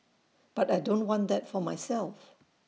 but I don't want that for myself